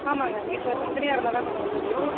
ஆமாங்க மீட்ரு தனி தனியாக இருந்தால்தான் கொஞ்சம் நல்லது